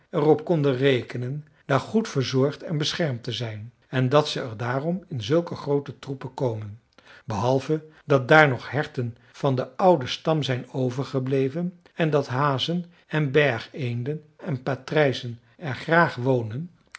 op konden rekenen daar goed verzorgd en beschermd te zijn en dat ze er daarom in zulke groote troepen komen behalve dat daar nog herten van den ouden stam zijn overgebleven en dat hazen en bergeenden en patrijzen er graag wonen